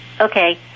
Okay